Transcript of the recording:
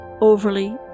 overly